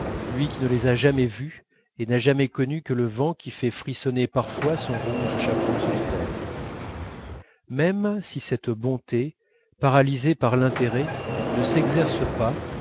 lui qui ne les a jamais vus et n'a jamais connu que le vent qui fait frissonner parfois son rouge chaperon solitaire même si cette bonté paralysée par l'intérêt ne s'exerce pas